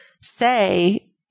say